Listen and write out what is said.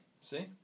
See